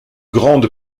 grande